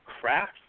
craft